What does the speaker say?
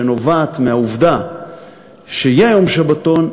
שתנבע מהעובדה שיהיה יום שבתון,